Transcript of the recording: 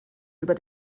über